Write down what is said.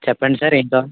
చెప్పండి సార్ ఏం కావాలి